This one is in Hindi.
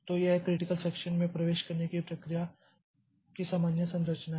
तो यह क्रिटिकल सेक्षन में प्रवेश करने की प्रक्रिया की सामान्य संरचना है